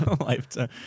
Lifetime